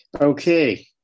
Okay